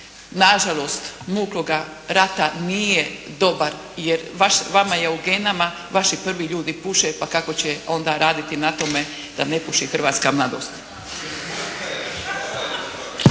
nažalost mukloga rata nije dobar jer vama je u genama, vaši prvi ljudi puše pa kako će onda raditi na tome da ne puši hrvatska mladost.